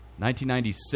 1996